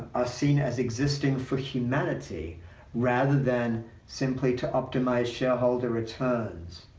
seen as existing for humanity rather than simply to optimize shareholder returns,